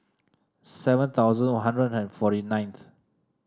seven thousand One Hundred and forty ninth